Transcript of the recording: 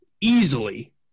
easily